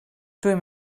rydw